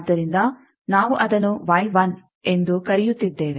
ಆದ್ದರಿಂದ ನಾವು ಅದನ್ನು ಎಂದು ಕರೆಯುತ್ತಿದ್ದೇವೆ